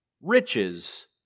riches